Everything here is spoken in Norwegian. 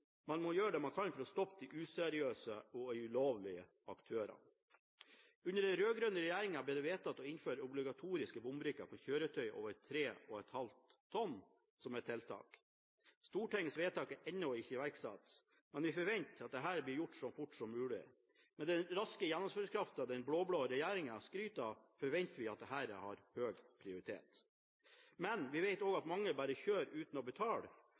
Man må gjøre det man kan for å stoppe de useriøse og ulovlige aktørene. Under den rød-grønne regjeringen ble det vedtatt å innføre obligatorisk bombrikke for kjøretøy over 3,5 tonn som ett tiltak. Stortingets vedtak er ennå ikke iverksatt, men vi forventer at dette blir gjort så fort som mulig. Med den raske gjennomføringskraften den blå-blå regjeringen skryter av, forventer jeg at dette har høy prioritet. Men vi vet også at mange bare kjører uten å betale.